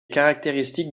caractéristique